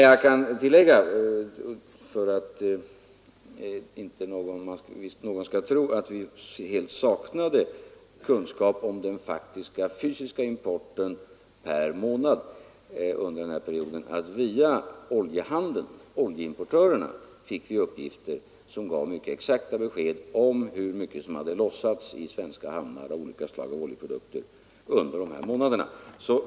Jag kan tillägga, för att inte någon skall tro att vi helt saknade kunskap om den faktiska fysiska importen per månad under den här perioden, att vi via oljeimportörerna fick mycket exakta besked om hur mycket som hade lossats i svenska hamnar av olika slags oljeprodukter under de här månaderna.